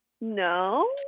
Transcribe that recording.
No